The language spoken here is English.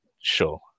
sure